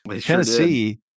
Tennessee